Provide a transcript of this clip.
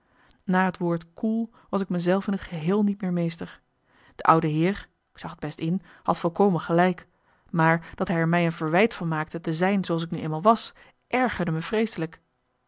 na het woord koel was ik me zelf in t geheel niet meer meester de oude heer ik zag t best in had volkomen gelijk maar dat hij er mij een verwijt van maakte te zijn zooals ik nu eenmaal was ergerde me vreeselijk